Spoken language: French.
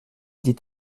dit